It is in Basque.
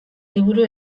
liburu